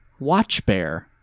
Watchbear